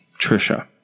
Trisha